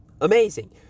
amazing